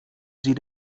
sie